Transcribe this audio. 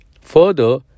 Further